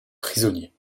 prisonnier